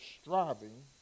striving